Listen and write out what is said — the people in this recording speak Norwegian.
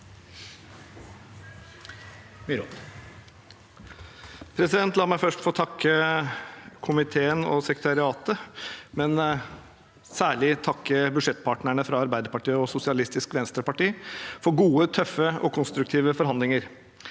La meg først få takke komiteen og sekretariatet, men særlig vil jeg takke budsjettpartnerne fra Arbeiderpartiet og Sosialistisk Venstreparti for gode, tøffe og konstruktive forhandlinger.